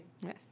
Yes